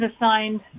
assigned